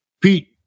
Pete